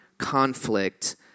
conflict